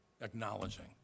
acknowledging